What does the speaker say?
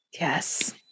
Yes